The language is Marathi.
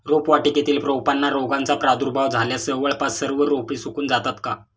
रोपवाटिकेतील रोपांना रोगाचा प्रादुर्भाव झाल्यास जवळपास सर्व रोपे सुकून जातात का?